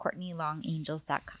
CourtneyLongAngels.com